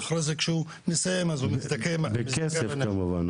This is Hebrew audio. ואחרי זה כשהוא מסיים --- בכסף כמובן,